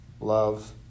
love